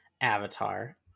avatar